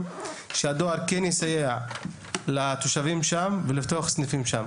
שהדואר כן יסייע לתושבים שם ולפתוח סניפים שם.